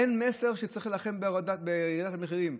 אין מסר שצריך להילחם בהורדת המחירים.